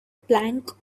plank